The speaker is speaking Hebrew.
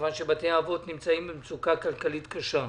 מכיוון שבבתי האבות נמצאים במצוקה כלכלית קשה.